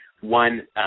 one